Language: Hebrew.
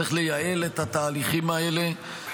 צריך לייעל את התהליכים האלה.